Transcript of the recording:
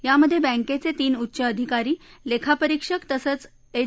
यामधे बँकेचे तीन उच्च अधिकारी लेखापरिक्षक तसंच एच